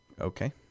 okay